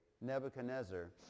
Nebuchadnezzar